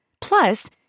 Plus